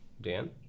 Dan